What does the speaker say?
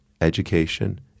education